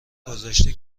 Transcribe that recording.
گذاشته